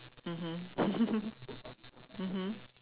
mmhmm mmhmm